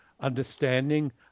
understanding